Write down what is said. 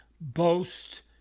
boast